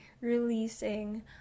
releasing